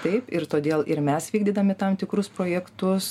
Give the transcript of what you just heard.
taip ir todėl ir mes vykdydami tam tikrus projektus